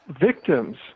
victims